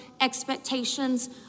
expectations